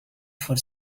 for